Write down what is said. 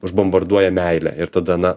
užbombarduoja meile ir tada na